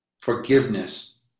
Forgiveness